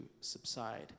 subside